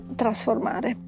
trasformare